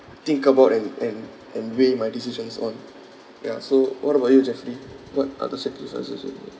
think about and and and weigh my decisions on ya so what about you jeffrey what are the sacrifices you've made